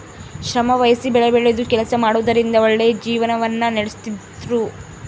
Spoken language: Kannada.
ಶ್ರಮವಹಿಸಿ ಬೆಳೆಬೆಳೆದು ಕೆಲಸ ಮಾಡುವುದರಿಂದ ಒಳ್ಳೆಯ ಜೀವನವನ್ನ ನಡಿಸ್ತಿದ್ರು